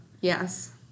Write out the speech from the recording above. Yes